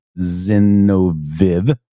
Zinoviv